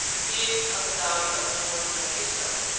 be it of the value of no more than a peso,